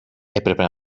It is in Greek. έπρεπε